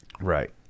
Right